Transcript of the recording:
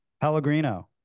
Pellegrino